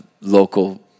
local